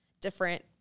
different